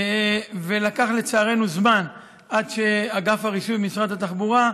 לקח לצערנו זמן עד שאגף הרישוי במשרד התחבורה,